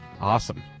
Awesome